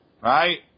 Right